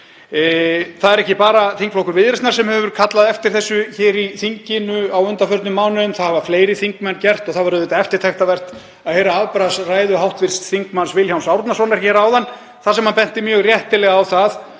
Það er ekki bara þingflokkur Viðreisnar sem hefur verið kallað eftir þessu hér í þinginu á undanförnum mánuðum, það hafa fleiri þingmenn gert. Það var eftirtektarvert að heyra afbragðsræðu hv. þm. Vilhjálms Árnasonar áðan þar sem hann benti mjög réttilega á að